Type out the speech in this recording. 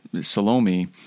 Salome